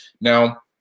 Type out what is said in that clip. Now